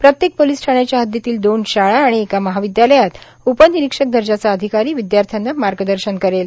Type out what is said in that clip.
प्रत्येक पोलीस ठाण्याच्या हद्दीतील दोन शाळा आणि एका महाविद्यालयात उपनिरीक्षक दर्जाचा अधिकारी विद्याश्र्यांना मार्गदर्शन करतील